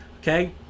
Okay